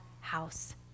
house